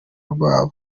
rwabo